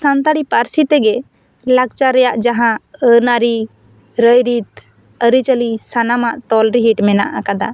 ᱥᱟᱱᱛᱟᱲᱤ ᱯᱟᱹᱨᱥᱤ ᱛᱮᱜᱮ ᱞᱟᱠᱪᱟᱨ ᱨᱮᱭᱟᱜ ᱡᱟᱦᱟᱸ ᱟᱹᱱ ᱟᱹᱨᱤ ᱨᱟᱹᱭᱨᱤᱛ ᱟᱹᱨᱤ ᱪᱟᱹᱞᱤ ᱥᱟᱱᱟᱢᱟᱜ ᱛᱚᱞ ᱨᱤᱦᱤᱰ ᱢᱮᱱᱟᱜ ᱟᱠᱟᱫᱟ